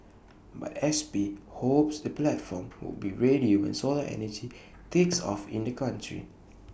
but S P hopes the platform would be ready when solar energy takes off in the country